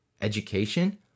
education